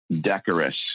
decorous